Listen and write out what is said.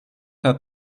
hat